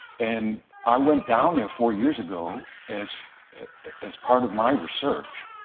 and i went down there four years ago as as part of my research.